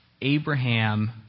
Abraham